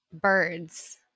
Birds